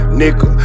nigga